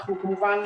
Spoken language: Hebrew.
כמובן,